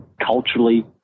culturally